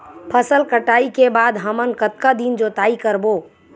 फसल कटाई के बाद हमन कतका दिन जोताई करबो?